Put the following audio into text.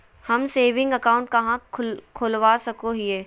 हम saving account कहाँ खोलवा सको हियै?